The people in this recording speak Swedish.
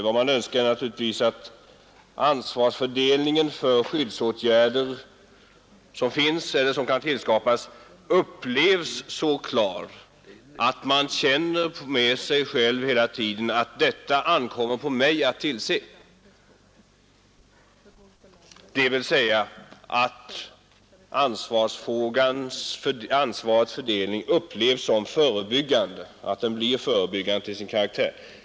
Vad man önskar är naturligtvis att ansvarsfördelningen för skyddsåtgärder som finns eller som kan tillskapas upplevs som så klar att människor hela tiden känner med sig att det ankommer på dem själva att tillse att allt görs, dvs. att fördelningen av ansvaret får en förebyggande effekt.